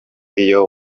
iyo